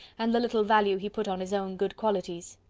and the little value he put on his own good qualities.